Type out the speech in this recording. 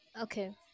Okay